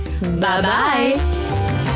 Bye-bye